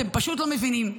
אתם פשוט לא מבינים.